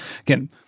again